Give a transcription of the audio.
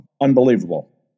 unbelievable